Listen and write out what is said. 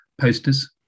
posters